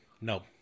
No